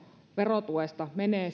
verotuesta menee